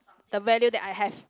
the value that I have